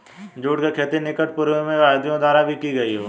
जुट की खेती निकट पूर्व में यहूदियों द्वारा भी की गई हो